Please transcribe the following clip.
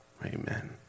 Amen